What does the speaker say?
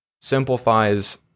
simplifies